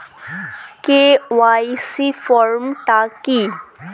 KYC form টা কি?